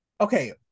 Okay